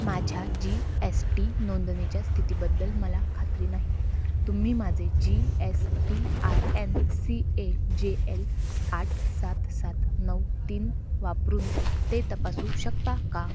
माझ्या G S T नोंदणीच्या स्थितीबद्दल मला खात्री नाही तुम्ही माझे G S T I N C A J L आठ सात सात नऊ तीन वापरून ते तपासू शकता का